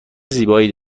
زیبایی